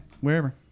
wherever